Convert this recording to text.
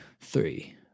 three